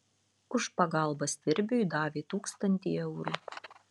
už pagalbą stirbiui davė tūkstantį eurų